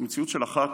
זו מציאות של אחת,